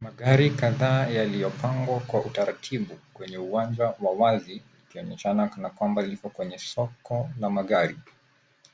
Magari kadhaa yaliyopangwa kwa utaratibu kwenye uwanja wa wazi ikionyeshana kana kwamba lipo kwenye soko la magari.